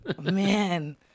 man